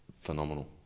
phenomenal